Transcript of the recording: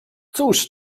cóż